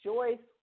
Joyce